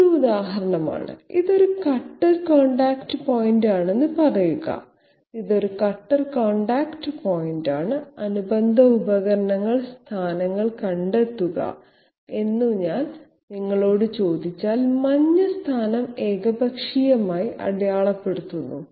ഇതൊരു ഉദാഹരണമാണ് ഇതൊരു കട്ടർ കോൺടാക്റ്റ് പോയിന്റാണെന്ന് പറയുക ഇത് ഒരു കട്ടർ കോൺടാക്റ്റ് പോയിന്റാണ് അനുബന്ധ ഉപകരണ സ്ഥാനങ്ങൾ കണ്ടെത്തുക എന്നു ഞാൻ നിങ്ങളോട് ചോദിച്ചാൽ മഞ്ഞ സ്ഥാനം ഏകപക്ഷീയമായി അടയാളപ്പെടുത്തുന്നു